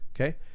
Okay